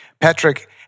Patrick